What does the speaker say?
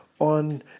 on